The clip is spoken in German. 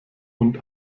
und